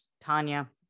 Tanya